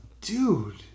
Dude